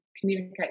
communicate